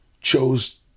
chose